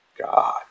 God